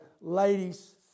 ladies